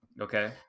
okay